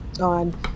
on